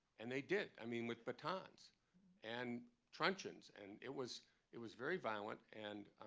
and they did. i mean, with batons and truncheons. and it was it was very violent. and